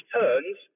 turns